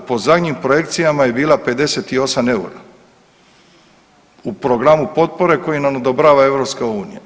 Na, po zadnjim projekcijama je bila 58 EUR-a u programu potpore koji nam odobrava EU.